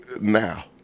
now